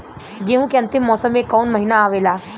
गेहूँ के अंतिम मौसम में कऊन महिना आवेला?